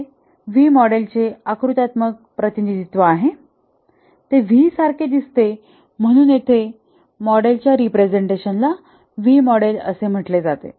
हे व्ही मॉडेलचे आकृत्यात्मक प्रतिनिधित्व आहे ते व्ही सारखे दिसते म्हणून येथे मॉडेलच्या रिप्रेझेंटेशन ला व्ही मॉडेल म्हटले जाते